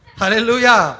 Hallelujah